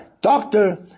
doctor